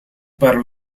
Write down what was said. para